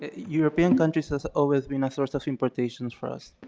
european countries has always been a source of importations for us.